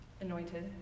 anointed